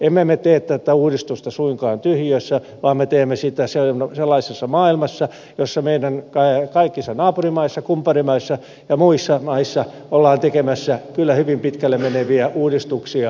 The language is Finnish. emme me tee tätä uudistusta suinkaan tyhjiössä vaan me teemme sitä sellaisessa maailmassa jossa meidän kaikissa naapurimaissamme kumppanimaissamme ja muissa maissa ollaan tekemässä kyllä hyvin pitkälle meneviä uudistuksia puolustuksenkin osalta